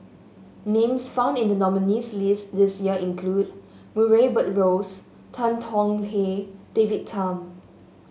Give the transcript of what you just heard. names found in the nominees' list this year include Murray Buttrose Tan Tong Hye David Tham